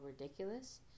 ridiculous